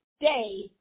day